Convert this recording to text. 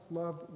love